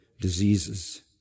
diseases